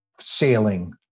Sailing